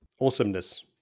Awesomeness